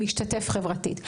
משתתף חברתית.